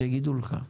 יגידו לך.